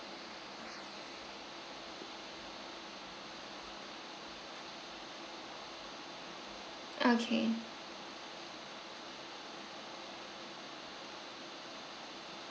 okay